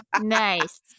Nice